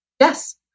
Yes